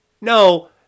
No